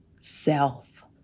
self